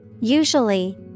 Usually